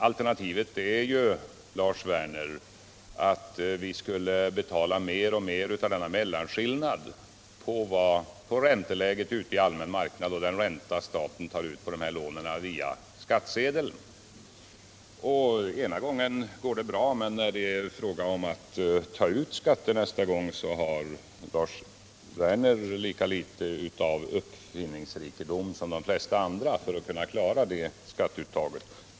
Alternativet är ju, Lars Werner, att mer och mer av skillnaden mellan ränteläget ute i allmänna marknaden och den ränta staten tar ut skulle betalas via skattsedeln. Det går bra att föreslå något sådant, men när det sedan blir fråga om att ta ut skatter så har Lars Werner lika litet uppfinningsrikedom som de flesta andra för att kunna klara det skatteuttaget.